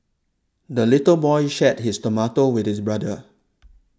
the little boy shared his tomato with his brother